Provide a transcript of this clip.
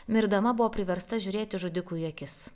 mirdama buvo priversta žiūrėti žudikui į akis